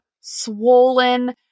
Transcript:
swollen